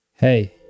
Hey